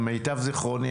למיטב זכרוני,